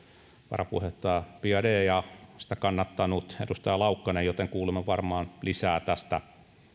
varapuheenjohtaja biaudet ja sitä kannattanut edustaja laukkanen joten kuulemme varmaan lisää tästä